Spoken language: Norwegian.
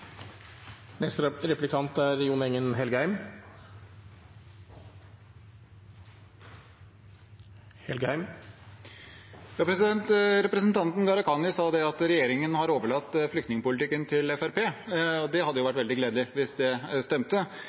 Representanten Gharahkhani sa at regjeringen har overlatt flyktningpolitikken til Fremskrittspartiet. Det hadde vært veldig gledelig hvis det